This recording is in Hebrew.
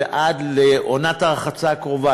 ועד לעונת הרחצה הקרובה,